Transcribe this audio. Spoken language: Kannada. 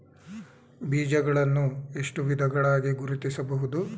ಬೀಜಗಳನ್ನು ಎಷ್ಟು ವಿಧಗಳಾಗಿ ಗುರುತಿಸಬಹುದು?